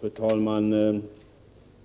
Fru talman!